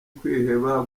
kwiheba